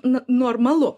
no normalu